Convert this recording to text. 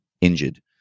injured